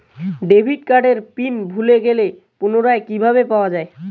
Debit কার্ডের PIN ভুলে গেলে পুনরায় কিভাবে পাওয়া য়ায়?